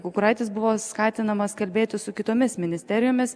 kukuraitis buvo skatinamas kalbėtis su kitomis ministerijomis